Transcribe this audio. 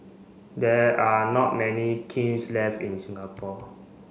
there are not many kilns left in Singapore